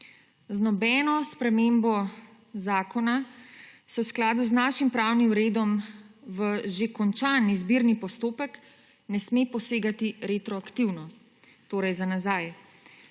nobeno spremembo zakona se v skladu z našim pravnim redom v že končani izbirni postopek ne sme posegati retroaktivno, torej za nazaj.